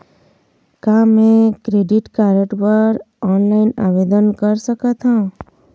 का मैं credit card बर ऑनलाइन आवेदन कर सकथों?